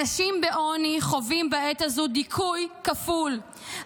אנשים בעוני חווים בעת הזו דיכוי כפול,